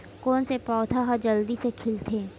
कोन से पौधा ह जल्दी से खिलथे?